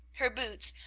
her boots,